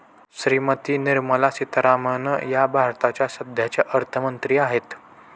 श्रीमती निर्मला सीतारामन या भारताच्या सध्याच्या अर्थमंत्री आहेत